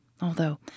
although